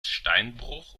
steinbruch